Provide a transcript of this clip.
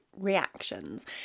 reactions